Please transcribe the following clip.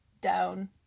down